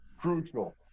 crucial